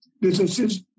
businesses